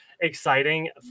exciting